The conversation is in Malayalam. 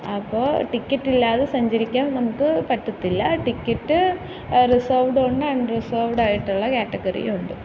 അപ്പോള് ട്ടിക്കറ്റില്ലാതെ സഞ്ചരിക്കാൻ നമുക്ക് പറ്റത്തില്ല ടിക്കറ്റ് റിസേർവ്ഡും ഉണ്ട് അൺ റിസേർവ്ഡായിട്ടുള്ള കാറ്റഗറിയും ഉണ്ട്